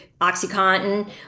Oxycontin